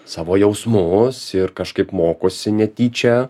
savo jausmus ir kažkaip mokosi netyčia